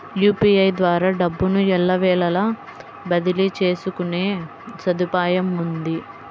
UPI ద్వారా డబ్బును ఎల్లవేళలా బదిలీ చేసుకునే సదుపాయముంది